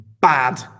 bad